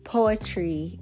Poetry